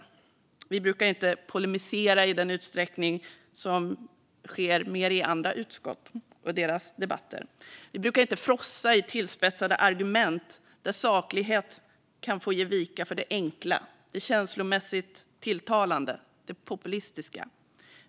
Vi brukar inte polemisera i den utsträckning som sker i andra utskottsdebatter. Vi brukar inte frossa i tillspetsade argument där saklighet kan få ge vika för det enkla, det känslomässigt tilltalande och det populistiska.